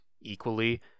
equally